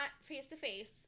face-to-face